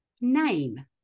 name